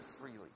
freely